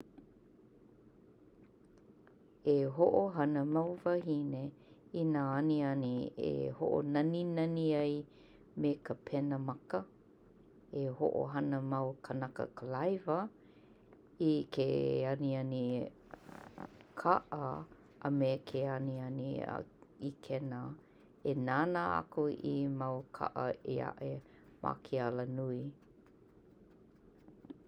E hoʻohana mau wahine i nā aniani e hoʻonaninani ai me ka pena maka. E hoʻohana mau kanaka kalaiwa i ke aniani kaʻa a me ke aniani ikena e nānā aku i mau kaʻa eaʻe ma ka alanui.